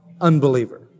unbeliever